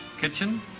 kitchen